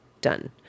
Done